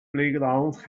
playgrounds